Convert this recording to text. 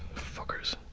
fuckers!